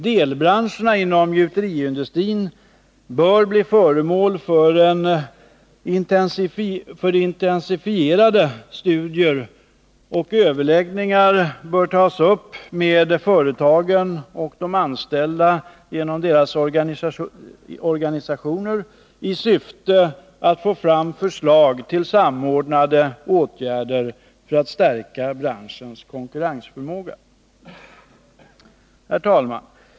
Delbranscherna inom gjuteriindustrin bör bli föremål för intensifierade studier, och överläggningar med företagen och de anställdas organisationer bör äga rum i syfte att få fram förslag till samordnade åtgärder för att stärka branschens konkurrensförmåga. Herr talman!